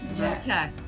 okay